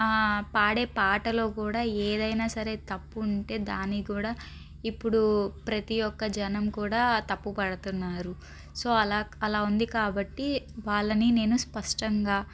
పాడే పాటలో కూడా ఏదైనా సరే తప్పు ఉంటే దాన్ని కూడా ఇప్పుడు ప్రతి ఒక జనం కూడా తప్పు పడుతున్నారు సో అలా అలా ఉంది కాబట్టి వాళ్ళని నేను స్పష్టంగా